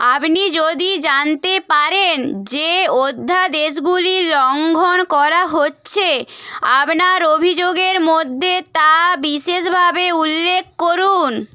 আপনি যদি জানতে পারেন যে অধ্যাদেশগুলি লঙ্ঘন করা হচ্ছে আপনার অভিযোগের মধ্যে তা বিশেষভাবে উল্লেখ করুন